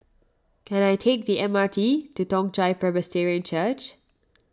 can I take the M R T to Toong Chai Presbyterian Church